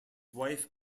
wife